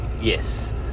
yes